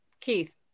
Keith